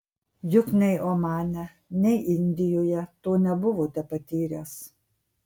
juk nei omane nei indijoje to nebuvote patyręs